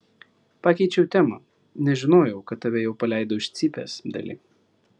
pakeičiau temą nežinojau kad tave jau paleido iš cypės dali